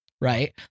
Right